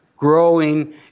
growing